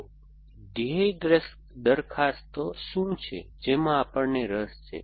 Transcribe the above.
તો ધ્યેય દરખાસ્તો શું છે જેમાં આપણને રસ છે